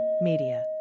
Media